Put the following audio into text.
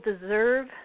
deserve